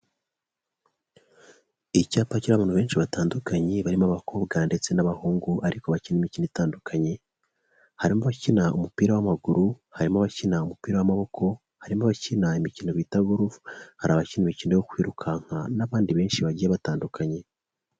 Icyapa kiriho abantu benshi batandukanye barimo abakobwa ndetse n'abahungu ariko bakina imikino itandukanye, harimo abakina umupira w'amaguru, harimo abakina umupira w'amaboko, harimo abakina imikino bita gorufu, hari abakina imikino yo kwirukanka n'abandi benshi bagiye batandukanye.